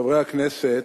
חברי הכנסת,